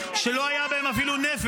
טוב שהוא לא קרא לזה "דג מלוח".